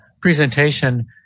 presentation